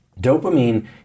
dopamine